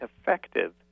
effective